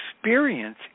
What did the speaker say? experience